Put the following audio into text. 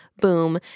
boom